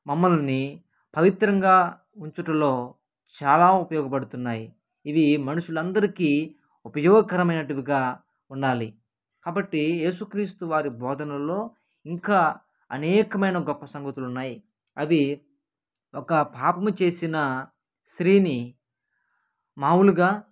మమ్మల్ని పవిత్రంగా ఉంచుటలో చాలా ఉపయోగపడుతున్నాయి ఇవి మనుషులందరికీ ఉపయోగకరమైనటివిగా ఉండాలి కాబట్టి ఏసుక్రీస్తు వారి బోధనలలో ఇంకా అనేకమైన గొప్ప సంగతులున్నాయి అవి ఒక పాపము చేసిన స్త్రీని మాములుగా